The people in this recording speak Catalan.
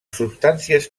substàncies